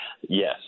Yes